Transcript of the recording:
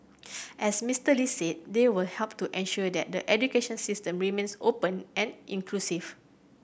as Mister Lee said they will help to ensure that the education system remains open and inclusive